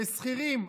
לשכירים,